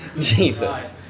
Jesus